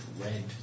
red